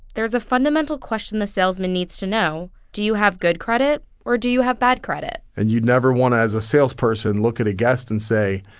there is a fundamental question the salesman needs to know do you have good credit or do you have bad credit? and you'd never want to, as a salesperson, look at a guest and say,